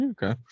Okay